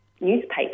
newspaper